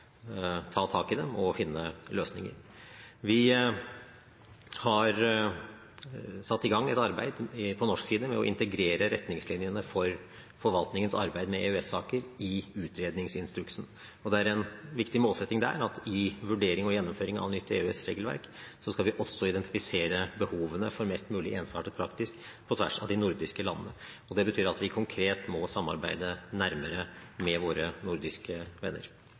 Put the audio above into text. finne løsninger. Vi har satt i gang et arbeid på norsk side med å integrere retningslinjene for forvaltningens arbeid med EØS-saker i utredningsinstruksen. Det er en viktig målsetting der at i vurderingen og gjennomføringen av nytt EØS-regelverk, skal vi også identifisere behovene for mest mulig ensartet praksis i de nordiske landene. Det betyr at vi konkret må samarbeide nærmere med våre nordiske venner.